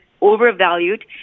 overvalued